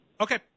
Okay